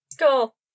Cool